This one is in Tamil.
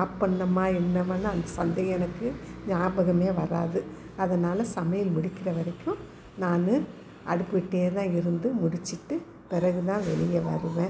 ஆஃப் பண்ணமா என்னமானு அந்த சந்தேகம் எனக்கு ஞாபகம் வராது அதனால் சமையல் முடிகிற வரைக்கும் நான் வந்து அடுப்புக்கிட்டயே தான் இருந்து முடிச்சிட்டு பிறகு தான் வெளியே வருவேன்